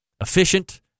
efficient